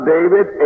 David